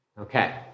Okay